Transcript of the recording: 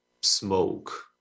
smoke